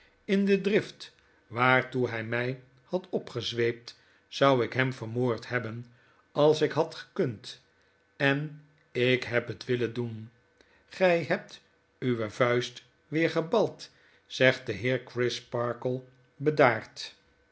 in de drift waartoe hy mij had opgezweept zou ik hem vermoord hebben als ik had gekund en ik heb het willen doen gij hebt uwe vuist weer gebald zegt de heer crisparkle bedaard